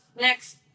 next